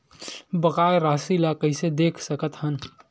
बकाया राशि ला कइसे देख सकत हान?